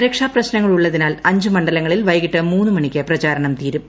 സുരക്ഷാ പ്രശ്നങ്ങൾ ഉള്ളതിനാൽ അഞ്ച് മണ്ഡലങ്ങളിൽ വൈകിട്ട് മൂന്നുമണിക്ക് പ്രചാരണം തീരും